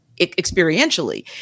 experientially